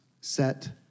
Set